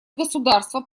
государства